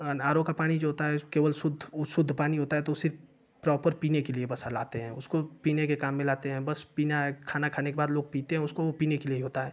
are O का पानी जो होता है केवल शुद्ध वो शुद्ध पानी होता है तो सिर्फ प्रॉपर पीने के लिए बस हाँ लाते है उसको पीने के काम मे लाते है बस पीना है खाना खाने के बाद लोग पीते है उसको वो पीने के लिए ही होता है